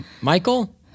Michael